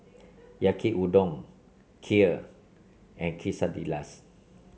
Yaki Udon Kheer and quesadillas